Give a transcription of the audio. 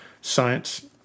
science